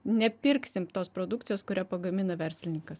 nepirksim tos produkcijos kurią pagamina verslininkas